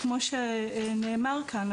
כמו שנאמר כאן,